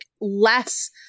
less